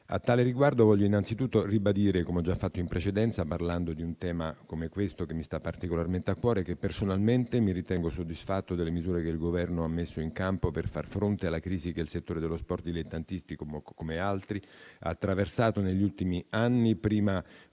A tale riguardo vorrei innanzitutto ribadire, come ho già fatto in precedenza parlando di un tema come questo che mi sta particolarmente a cuore, che personalmente mi ritengo soddisfatto delle misure che il Governo ha messo in campo per far fronte alla crisi che il settore dello sport dilettantistico, come altri, ha attraversato negli ultimi anni, prima